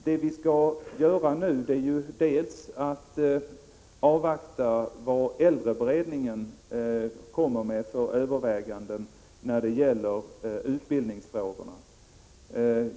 Det vi skall göra nu är bl.a. att avvakta vad äldreberedningen kommer med för överväganden när det gäller utbildningsfrågorna.